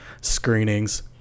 screenings